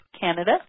Canada